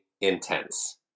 intense